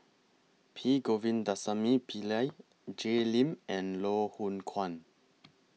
P Govindasamy Pillai Jay Lim and Loh Hoong Kwan